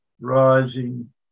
rising